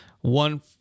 One